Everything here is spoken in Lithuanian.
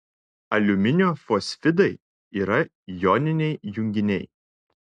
aliuminio fosfidai yra joniniai junginiai